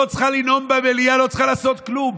לא צריכה לנאום במליאה ולא צריכה לעשות כלום.